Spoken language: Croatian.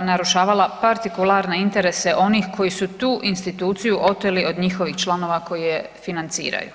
narušavala partikularne interese onih koji su tu instituciju oteli od njihovih članova koji je financiraju.